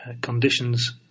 conditions